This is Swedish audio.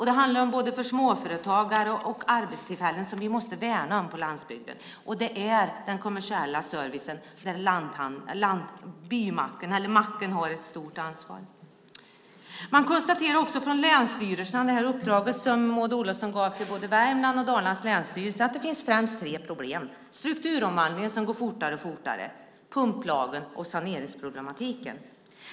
Det handlar om både småföretagare och arbetstillfällen som vi måste värna om på landsbygden, och det handlar om den kommersiella servicen, där macken har ett stort ansvar. Man konstaterar också från länsstyrelsen när det gäller det uppdrag som Maud Olofsson gav till både Värmlands och Dalarnas länsstyrelser att det finns främst tre problem: strukturomvandlingen, som går fortare och fortare, pumplagen och saneringsproblematiken.